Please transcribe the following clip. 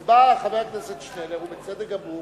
אז בא חבר הכנסת שנלר, ובצדק גמור